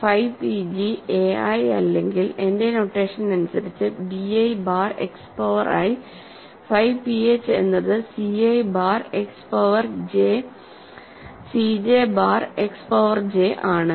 phi pg ai അല്ലെങ്കിൽ എന്റെ notation അനുസരിച്ച് bi bar X power i phi ph എന്നത് ci bar X power j cj bar X power j ആണ്